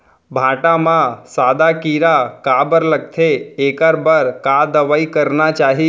भांटा म सादा कीरा काबर लगथे एखर बर का दवई करना चाही?